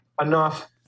enough